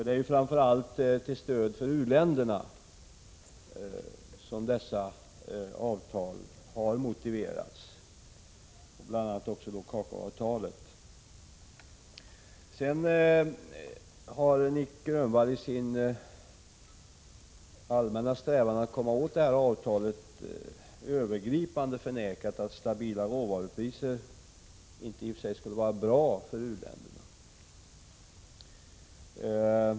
Det är ju framför allt till stöd för u-länderna som dessa avtal har motiverats. Det gäller bl.a. kakaoavtalet. Nic Grönvall har i sin allmänna strävan att komma åt avtalet på ett övergripande sätt förnekat att stabila råvarupriser i sig inte skulle vara bra för u-länderna.